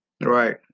Right